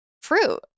fruit